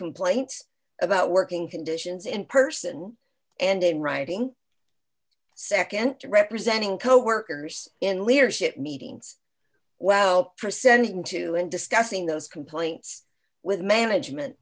complaints about working conditions in person and in writing second to representing coworkers in leadership meetings well for sending to and discussing those complaints with management